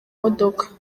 modoka